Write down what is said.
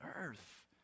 earth